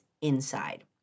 inside